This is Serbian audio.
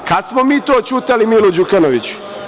Kad smo mi to ćutali Milu Đukanoviću?